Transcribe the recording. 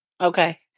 Okay